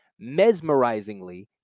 mesmerizingly